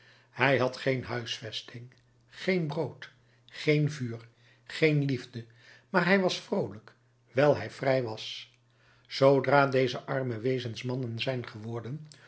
hij had geen huisvesting geen brood geen vuur geen liefde maar hij was vroolijk wijl hij vrij was zoodra deze arme wezens mannen zijn geworden